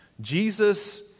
Jesus